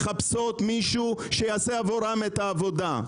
שמחפשות מישהו שיעשה עבורן את העבודה.